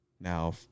Now